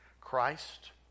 Christ